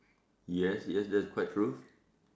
yes yes that is quite true